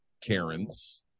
Karen's